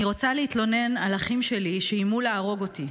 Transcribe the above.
אני רוצה להתלונן על אחים שלי שאיימו להרוג אותי.